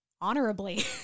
honorably